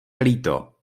líto